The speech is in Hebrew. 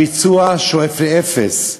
הביצוע שואף לאפס,